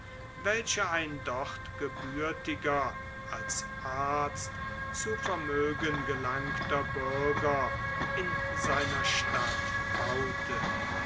welche ein von dort gebürtiger als arzt zu vermögen gelangter bürger in seiner vaterstadt baute